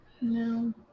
No